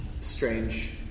strange